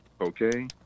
Okay